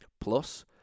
plus